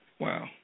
Wow